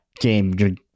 game